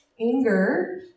Anger